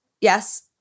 Yes